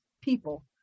people